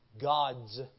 God's